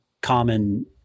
common